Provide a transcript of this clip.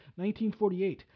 1948